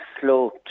slow